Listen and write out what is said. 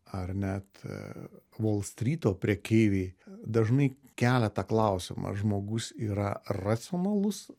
ar net volstryto prekeiviai dažnai kelia tą klausimą ar žmogus yra racionalus